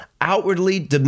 Outwardly